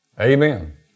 amen